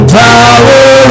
power